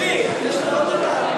חיליק, יש לה עוד דקה.